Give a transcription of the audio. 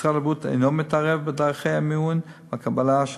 משרד הבריאות אינו מתערב בדרכי המיון והקבלה של